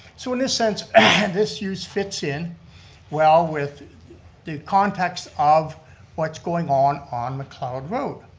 so in this sense, and this use fits in well with the context of what's going on on mcleod road.